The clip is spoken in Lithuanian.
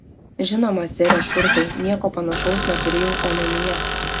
žinoma sere šurfai nieko panašaus neturėjau omenyje